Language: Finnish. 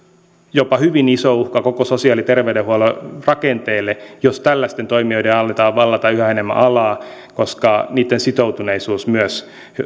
jopa hyvin iso uhka koko sosiaali ja terveydenhuollon rakenteelle jos tällaisten toimijoiden annetaan vallata yhä enemmän alaa koska niitten sitoutuneisuus myös